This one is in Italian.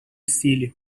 stili